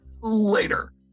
later